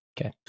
Okay